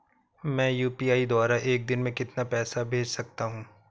मैं यू.पी.आई द्वारा एक दिन में कितना पैसा भेज सकता हूँ?